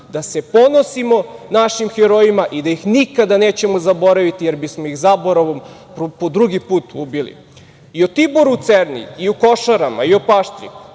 da se ponosimo našim herojima i da ih nikada nećemo zaboraviti jer bismo ih zaboravom po drugi put ubili.O Tiboru Cerni i o Košarama, i o Paštriku